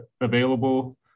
available